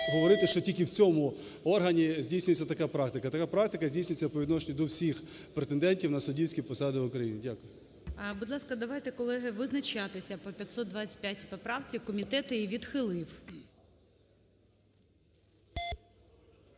що тільки в цьому органі здійснюється така практика. Така практика здійснюється по відношенню до всіх претендентів на суддівські посади в Україні. Дякую. ГОЛОВУЮЧИЙ. Будь ласка, давайте, колеги, визначатися по 525 поправці. Комітет її відхилив.